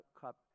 cup